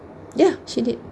ya she did